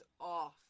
off